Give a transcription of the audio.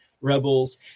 rebels